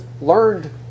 learned